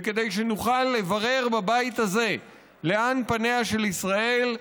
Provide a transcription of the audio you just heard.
וכדי שנוכל לברר בבית הזה לאן פניה של ישראל,